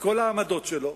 מכל העמדות שלו,